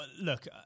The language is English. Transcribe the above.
look